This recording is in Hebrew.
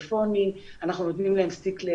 עם רופא הנשים והאחות על מנת לתת להם את